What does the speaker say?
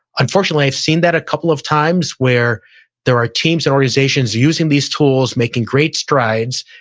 unfortunately, i've seen that a couple of times where there are teams and organizations using these tools making great strides.